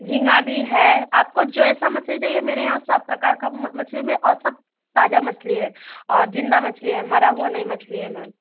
झींगा भी है आपको जैसा मछली चाहिए मेरे यहाँ सब प्रकार का मछली में और सब ताज़ा मछली है और ज़िंदा मछली है मरा हुआ नहीं मछली है मैम